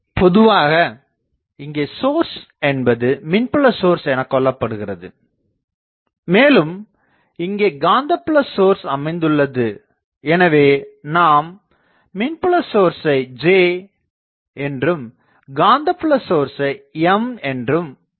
பொதுவாக இங்கே சோர்ஸ் என்பது மின்புல சோர்ஸ் எனக் கொள்ளப்படுகிறது மேலும் இங்கே காந்தப்புல சோர்ஸ் அமைந்துள்ளது எனவே நாம் மின்புல சோர்ஸ்சை J என்றும் காந்தபுல சோர்ஸ்சை M என்றும் கொள்ளலாம்